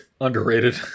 Underrated